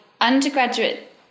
undergraduate